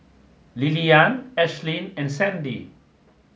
Lilyan Ashlynn and Sandie